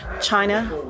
China